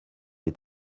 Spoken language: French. est